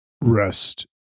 Rest